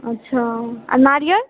अच्छा आ नारियल